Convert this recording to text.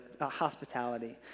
hospitality